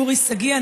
אורי שגיא,